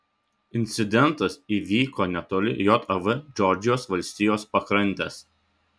incidentas įvyko netoli jav džordžijos valstijos pakrantės